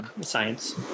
science